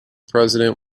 president